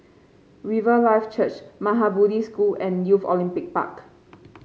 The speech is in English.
Riverlife Church Maha Bodhi School and Youth Olympic Park